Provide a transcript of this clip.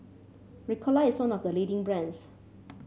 Ricola is one of the leading brands